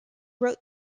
wrote